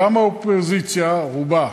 וגם האופוזיציה, רובה,